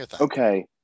okay